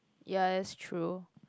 ya that's true